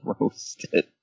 roasted